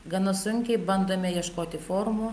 gana sunkiai bandome ieškoti formų